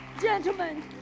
gentlemen